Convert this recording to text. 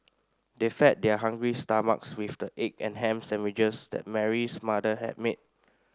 they fed their hungry stomachs with the egg and ham sandwiches that Mary's mother had made